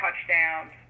touchdowns